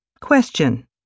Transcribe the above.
Question